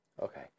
Okay